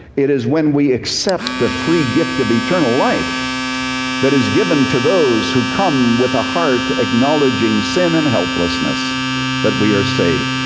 it is when we accept the free gift of eternal life that is given to those who come with a heart acknowledging sin and helplessness that we are saved.